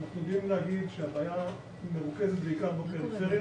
אנחנו יודעים להגיד שהבעיה מרוכזת בעיקר בפריפריה,